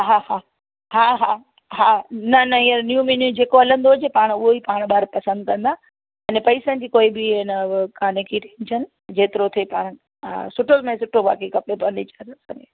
हा हा हा हा हा न न हींअर न्यू मेन्यू जेको हलंदो हुजे पाण उहो ई पाण ॿार पसंदि कंदा अने पेसनि जी कोई आहे न कोन्हे की टेंशन जेतिरो थिए पाण हा सुठो में सुठो बाक़ी खपे फर्नीचर